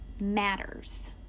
matters